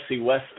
West